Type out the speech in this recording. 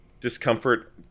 discomfort